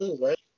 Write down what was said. right